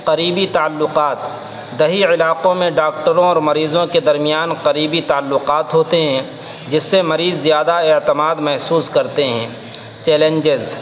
قریبی تعلقات دیہی علاقوں میں ڈاکٹروں اور مریضوں کے درمیان قریبی تعلقات ہوتے ہیں جس سے مریض زیادہ اعتماد محسوس کرتے ہیں چیلنجز